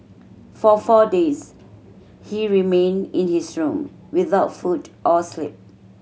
for four days he remained in his room without food or sleep